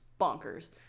bonkers